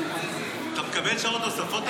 אתה מקבל שעות נוספות היום?